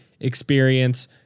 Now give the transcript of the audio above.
experience